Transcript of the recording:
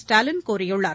ஸ்டாலின் கூறியுள்ளார்